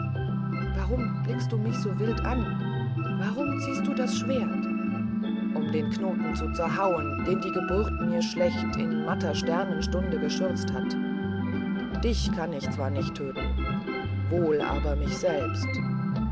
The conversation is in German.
was blickst du mich so wild an warum ziehst du das schwert um den knoten zu zerhauen den die geburt mir schlecht in matter sternenstunde geschürzt hat dich kann ich zwar nicht töten wohl aber mich selbst